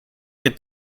que